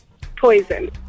Poison